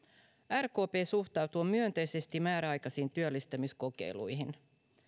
rkp suhtautuu myönteisesti määräaikaisiin työllistämiskokeiluihin